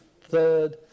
third